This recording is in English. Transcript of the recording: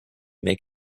make